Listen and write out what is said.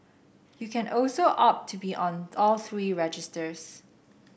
you can also opt to be on all three registers